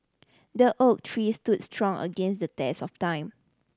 the oak tree stood strong against the test of time